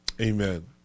Amen